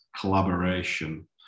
collaboration